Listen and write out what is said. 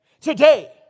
today